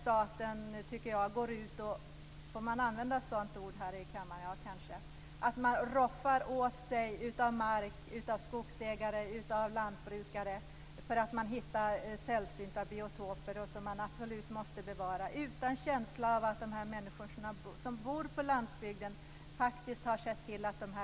Staten går t.ex. ut och roffar åt sig mark av skogsägare och lantbrukare för att man hittat sällsynta biotoper som man absolut måste bevara, utan känsla för att dessa människor som bor på landsbygden har sett till att de